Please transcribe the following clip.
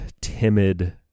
timid